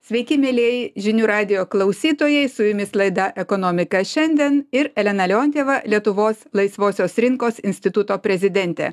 sveiki mielieji žinių radijo klausytojai su jumis laida ekonomika šiandien ir elena leontjeva lietuvos laisvosios rinkos instituto prezidentė